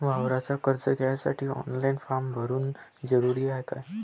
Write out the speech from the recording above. वावराच कर्ज घ्यासाठी ऑनलाईन फारम भरन जरुरीच हाय का?